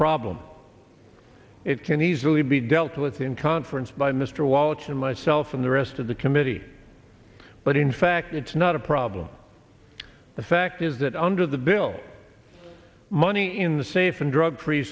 problem it can easily be dealt with in conference by mr wallace and myself and the rest of the committee but in fact it's not a problem the fact is that under the bill money in the safe and drug free